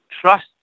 trust